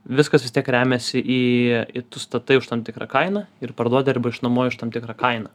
viskas vis tiek remiasi į tu statai už tam tikrą kainą ir parduodi arba išnuomoji už tam tikrą kainą